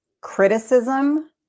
criticism